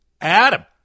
Adam